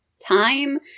time